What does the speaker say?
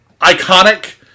iconic